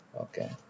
Okay